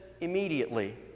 immediately